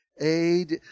Aid